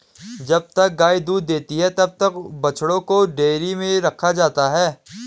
जब तक गाय दूध देती है तब तक बछड़ों को डेयरी में रखा जाता है